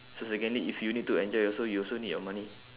so again need if you need to enjoy also you also need your money